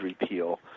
repeal